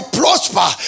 prosper